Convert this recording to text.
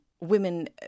women